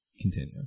continue